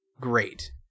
great